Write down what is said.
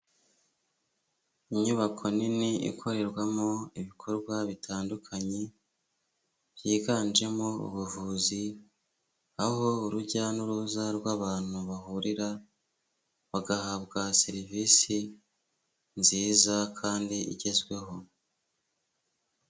Inyubako nini ikorerwamo ibikorwa bitandukanye byiganjemo ubuvuzi aho urujya n'uruza rw'abantu bahurira bagahabwa serivisi nziza kandi igezweho.